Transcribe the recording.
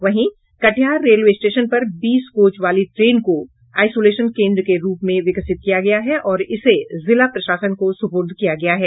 वहीं Katihar railway station पर बीस कोच वाली ट्रेन को आईसोलेशन केन्द्र के रूप में विकसित किया गया है और इसे जिला प्रशासन को सुपूर्द किया गया है